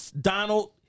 Donald